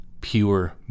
pure